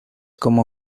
como